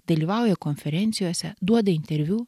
dalyvauja konferencijose duoda interviu